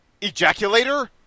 Ejaculator